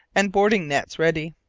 and boarding-nets ready.